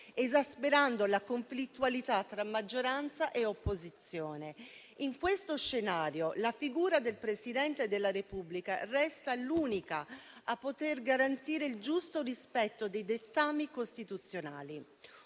esasperando la conflittualità tra maggioranza e opposizione. In questo scenario la figura del Presidente della Repubblica resta l'unica a poter garantire il giusto rispetto dei dettami costituzionali.